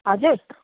हजुर